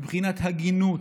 מבחינת הגינות,